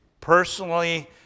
personally